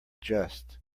just